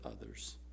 others